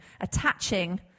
attaching